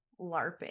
LARPing